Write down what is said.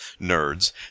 nerds